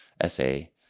essay